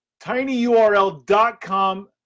tinyurl.com